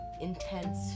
intense